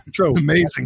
amazing